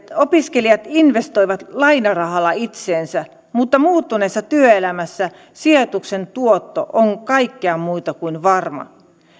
opiskelijat investoivat lainarahalla itseensä mutta muuttuneessa työelämässä sijoituksen tuotto on kaikkea muuta kuin varma